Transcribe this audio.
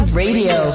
radio